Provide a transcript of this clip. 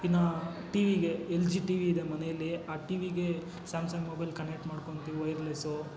ಇನ್ನು ಟಿ ವಿಗೆ ಎಲ್ ಜಿ ಟಿ ವಿ ಇದೆ ಮನೆಯಲ್ಲಿ ಆ ಟಿ ವಿಗೆ ಸ್ಯಾಮ್ಸಂಗ್ ಮೊಬೈಲ್ ಕನೆಕ್ಟ್ ಮಾಡ್ಕೊಂತಿವಿ ವೈರ್ಲೆಸ್ಸೂ